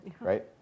right